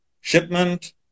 shipment